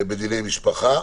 בדיני משפחה,